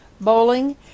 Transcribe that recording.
bowling